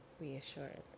reassurance